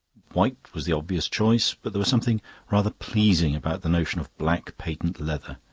white was the obvious choice, but there was something rather pleasing about the notion of black patent leather.